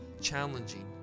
challenging